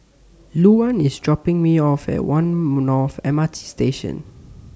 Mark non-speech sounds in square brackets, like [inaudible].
Luann IS dropping Me off At one [hesitation] North M R T Station